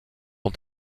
ont